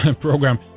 program